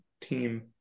team